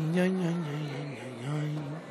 אדוני היושב בראש,